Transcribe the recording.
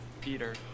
Peter